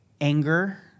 anger